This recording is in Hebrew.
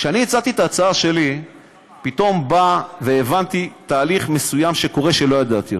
כשאני הצעתי את ההצעה שלי הבנתי תהליך מסוים שקורה שלא ידעתי עליו.